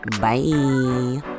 bye